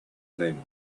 them